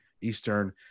Eastern